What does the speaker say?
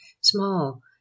small